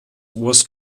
was